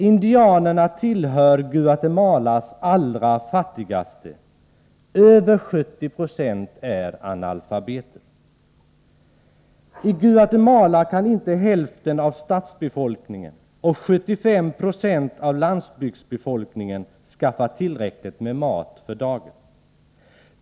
Indianerna tillhör Guatemalas allra fattigaste — över 70 Zo är analfabeter. I Guatemala kan inte hälften av stadsbefolkningen och 75 90 av landsbygdsbefolkningen skaffa tillräckligt med mat för dagen.